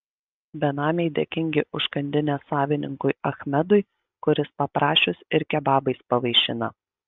benamiai dėkingi užkandinės savininkui achmedui kuris paprašius ir kebabais pavaišina